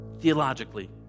theologically